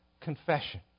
confession